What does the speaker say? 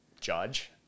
judge